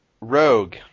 Rogue